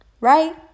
Right